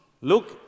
Look